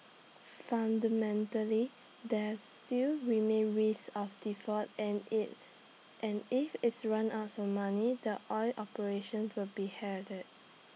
fundamentally there still remains risk of default and if and if its runs out of money the oil operations will be hair did